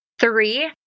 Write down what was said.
Three